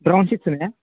brown sheets ఉన్నాయా